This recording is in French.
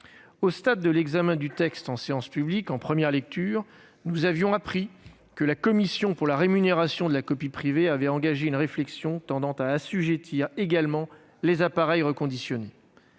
Au stade de l'examen du texte en séance publique, en première lecture, nous avions appris que la commission pour la rémunération de la copie privée avait engagé une réflexion tendant à assujettir également les appareils reconditionnés.